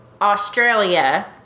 australia